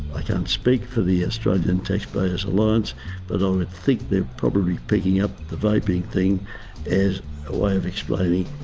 i can't speak for the australian taxpayers alliance but i would think they're probably picking up the vaping thing as a way of explaining,